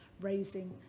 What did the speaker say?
raising